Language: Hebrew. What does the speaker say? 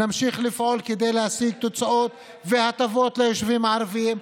נמשיך לפעול כדי להשיג תוצאות והטבות ליישובים הערביים,